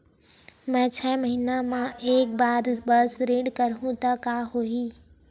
मैं छै महीना म एक बार बस ऋण करहु त का होही?